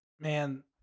Man